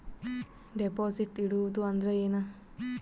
Deposit ಇಡುವುದು ಅಂದ್ರ ಏನ?